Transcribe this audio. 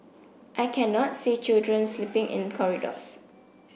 I cannot see children sleeping in corridors